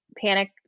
Panic